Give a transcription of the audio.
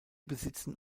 besitzen